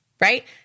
right